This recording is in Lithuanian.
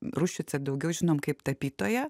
ruščicą daugiau žinom kaip tapytoją